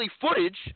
footage